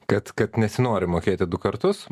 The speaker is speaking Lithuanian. kad kad nesinori mokėti du kartus